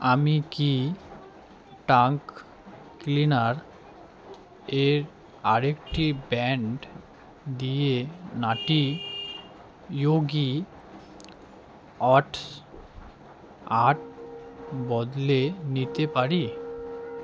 আমি কি tongue cleaner এর আরেকটি ব্র্যান্ড দিয়ে নাটি ইয়োগি অটস আট বদলে নিতে পারি